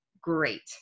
great